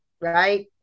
right